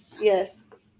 Yes